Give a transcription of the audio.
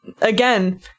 again